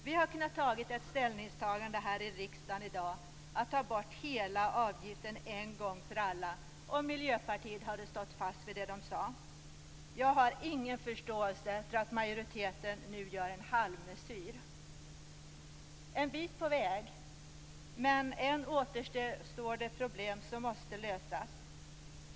Vi hade kunnat ta ställning här i riskdagen i dag till att ta bort hela avgiften en gång för alla, om Miljöpartiet hade stått fast vid det man sade. Jag har ingen förståelse för att majoriteten nu gör en halvmesyr. En bit på väg - men än återstår det problem som måste lösas.